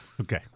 Okay